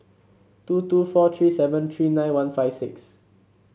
two two four three seven three nine one five six